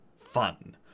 fun